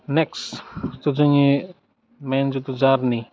next थ जोंनि मेइन जिथु जारनि